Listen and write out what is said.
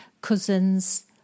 cousin's